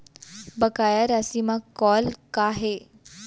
बकाया राशि मा कॉल का हे?